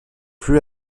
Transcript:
plus